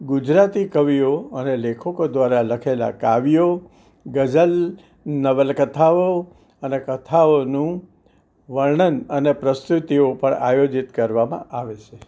ગુજરાતી કવિઓ અને લેખકો દ્વારા લખેલાં કાવ્યો ગઝલ નવલકથાઓ અને કથાઓનું વર્ણન અને પ્રસ્તુતિઓ પણ આયોજિત કરવામાં આવે છે